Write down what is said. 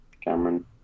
Cameron